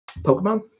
Pokemon